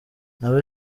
nawe